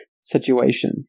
situation